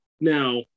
Now